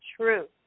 true